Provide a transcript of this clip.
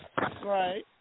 Right